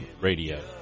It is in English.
Radio